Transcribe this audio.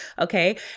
okay